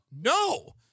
No